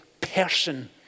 person